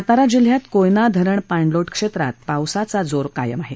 सातारा जिल्ह्यात कोयना धरण पाणलोट क्षेत्रात पावसाचा जोर कायम आहे